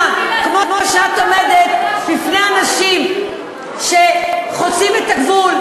כמו שאת עומדת בפני אנשים שחוצים את הגבול,